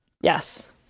Yes